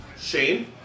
Shane